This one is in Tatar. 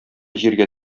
җиргә